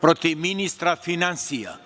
protiv ministra finansija